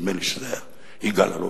נדמה לי שזה היה יגאל אלון.